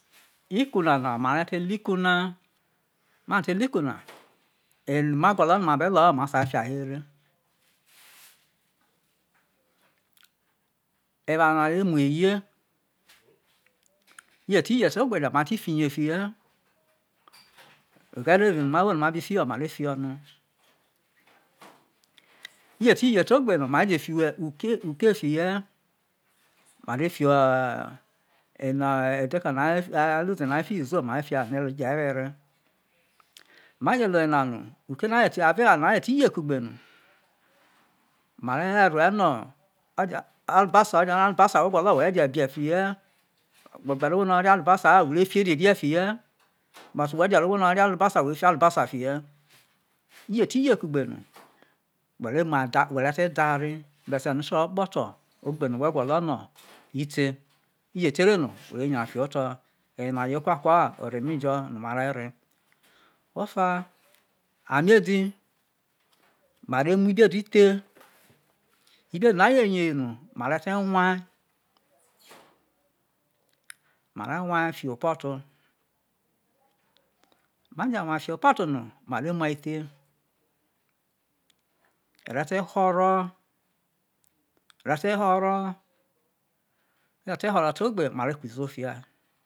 Iku nana mare te le̠ iku na ma ti le iku na ino a gwo̠lo̠ no̠ me te lo̠ho̠ ma sai fia ye̠ ere eware na re muo eye oje ti ye te egbe jo̠ mare ti fio iye fiye oghe̠re̠ eri no̠ ma wo no̠ a bi fiho̠ mare fiho̠ no uje ti ye te egbe jo̠ no mare ti fi uke fiye mare fio̠ eno ee e deko̠ no̠ a luze no fio iziajo mare fio̠ no̠ je̠ were maje ino̠ o̠yena no uke na je̠ ti avo̠ eware na je ti ye ku gbe no mare re rue no̠ arobasa o̠jo̠no̠ aro arobosa wo gwo̠lo̠ we̠ ve̠ biye̠ fiye̠ whe̠ gbe̠ ro̠ owho no̠ o̠re̠ re arobosa na we ve fi ererie̠ fiye̠ but wo̠ te̠ ro owho no̠ o̠re̠ re arobosa we ve fi arobosa fiye̠ ije ti ye kugbe no we̠ ve ti da ri be̠se no o̠ te ro kpo̠to̠ egbe na we̠ gwo̠lo̠ no̠ ite, ije te ere no whe̠ ve nyai fiho̠ oto̠ eyena yo̠ ekwakwa orei jo̠ no̠ are re ofa ame-edi mare mu ibiedi the ibiedi na je ye no mare te nwai mare nwai fiho̠ epo̠to maje nwai fiho̠ epo̠to no mare mua the ere̠te̠ ho̠ro̠ ere̠te ho̠ro̠ eje̠ te ho̠ro̠ to ogbe mare kwo iziwo fia.